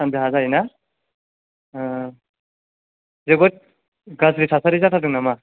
सानजाहा जायोना जोबोर गाज्रि थासारि जाथारदों नामा